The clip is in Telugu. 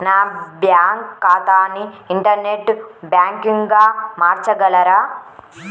నా బ్యాంక్ ఖాతాని ఇంటర్నెట్ బ్యాంకింగ్గా మార్చగలరా?